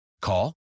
Call